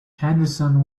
henderson